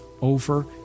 over